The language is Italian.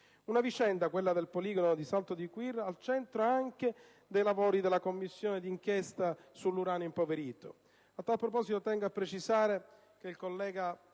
Una vicenda, quella del poligono di Salto di Quirra, al centro anche dei lavori della Commissione d'inchiesta sull'uranio impoverito.